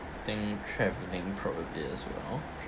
think travelling probably as well